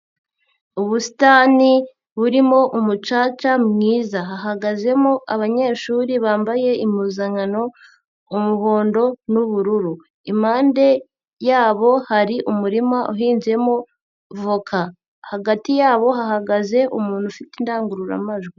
Ubusitani burimo umucaca mwiza, hahagazemo abanyeshuri bambaye impuzankano umuhondo n'ubururu, impande yabo hari umurima uhinzemo voka, hagati yabo hahagaze umuntu ufite indangururamajwi.